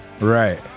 right